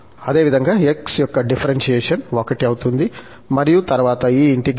అదేవిధంగా x యొక్క differentiation 1 అవుతుంది మరియు తరువాత ఈ ఇంటిగ్రేషన్ వస్తుంది